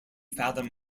fathom